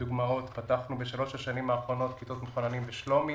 דוגמאות פתחנו בשלוש השנים האחרונות כיתות מחוננים בשלומי,